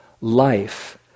life